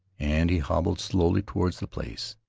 and he hobbled slowly toward the place.